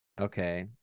okay